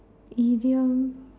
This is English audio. idiom